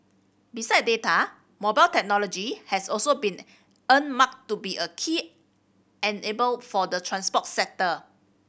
besides data mobile technology has also been earmarked to be a key enabler for the transport sector